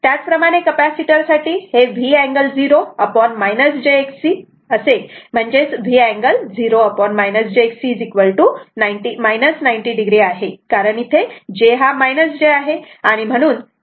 त्याचप्रमाणे कपॅसिटर साठी हे V अँगल 0 jXC असे म्हणजेच V अँगल 0 jXC 90 o आहे कारण इथे j हा j आहे